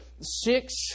six